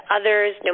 others